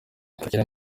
kagere